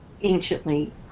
anciently